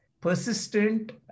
persistent